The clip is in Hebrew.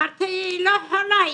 אמרתי שהיא לא חולה,